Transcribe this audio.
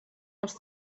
els